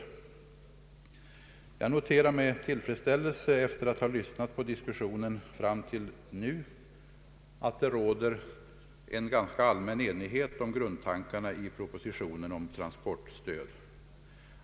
Jag noterar med tillfredsställelse att det hittills i debatten har rått en allmän enighet om grundtankarna i propositionen om transportstöd.